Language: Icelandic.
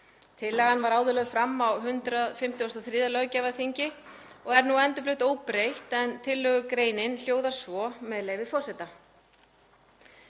Tillagan var áður lögð fram á 153. löggjafarþingi og er nú endurflutt óbreytt en tillögugreinin hljóðar svo, með leyfi forseta: